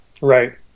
Right